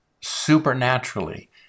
supernaturally